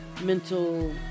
mental